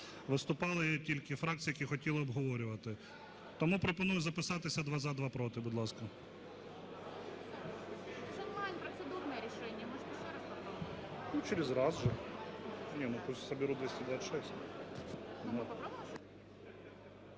виступали тільки фракції, які хотіли обговорювати. Тому пропоную записатися: два – за, два – проти, будь ласка.